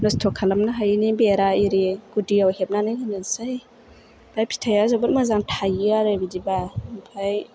नस्थ' खालामनो हायैनि बेरा एरि गुदियाव हेबनानै होनोसै आमफ्राय फिथाइया जोबोर मोजां थायो आरो बिदिबा ओमफ्राय